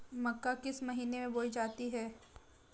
मक्का किस महीने में बोई जाती है?